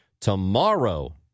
tomorrow